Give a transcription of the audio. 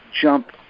jump